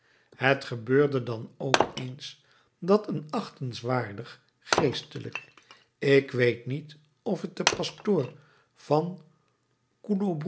het gebeurde dan ook eens dat een achtenswaardig geestelijke ik weet niet of t de pastoor van